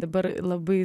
dabar labai